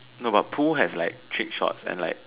no but pool has like trick shots and like